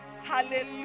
Hallelujah